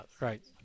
right